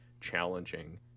challenging